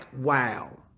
Wow